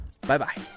Bye-bye